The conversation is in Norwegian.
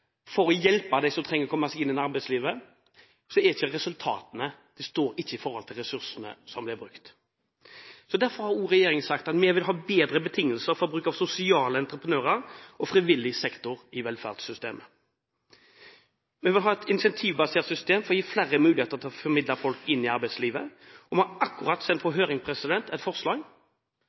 for å hjelpe dem som trenger å komme seg inn i arbeidslivet, står ikke resultatene i forhold til ressursene som blir brukt. Derfor har også regjeringen sagt at den vil ha bedre betingelser for bruk av sosiale entreprenører og frivillig sektor i velferdssystemet. Vi vil ha et incentivbasert system for å gi flere muligheter til å formidle folk inn i arbeidslivet, og vi har akkurat sendt et forslag på høring